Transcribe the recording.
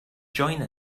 join